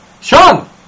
Sean